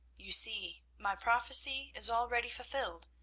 you see, my prophecy is already fulfilled,